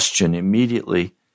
immediately